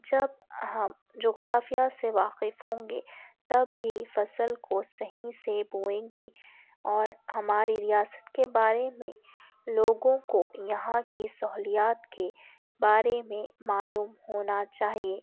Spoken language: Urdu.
جب ہم جغرافیہ سے واقف ہونگے تبھی فصل کو صحیح سے بوئینگے اور ہماری ریاست کے بارے میں لوگوں کو یہاں کی سہولیات کے بارے میں معلوم ہونا چاہیے